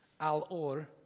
Al-Or